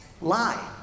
lie